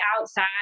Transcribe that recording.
outside